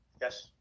Yes